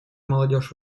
молодежь